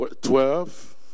twelve